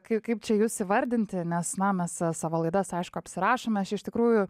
kaip kaip čia jus įvardinti nes na mes savo laidas aišku apsirašome aš iš tikrųjų